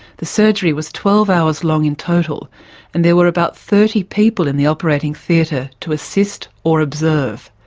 the surgery was twelve hours long in total and there were about thirty people in the operating theatre to assist or observe.